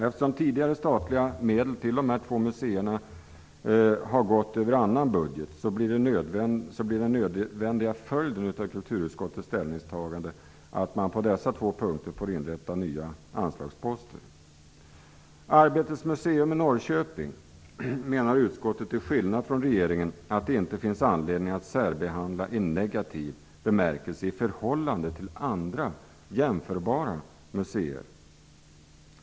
Eftersom tidigare statliga medel till dessa två museer har gått över annan budget blir den nödvändiga följden av kulturutskottets ställningstagande att man på dessa två punkter får inrätta nya anslagsposter. Utskottet menar till skillnad från regeringen att det inte finns anledning att särbehandla Arbetets museum i Norrköping i negativ bemärkelse i förhållande till andra jämförbara museer.